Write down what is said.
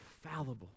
fallible